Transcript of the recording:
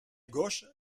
gauche